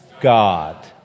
God